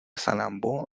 salambó